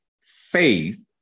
faith